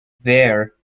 there